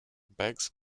begs